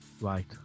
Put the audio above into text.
right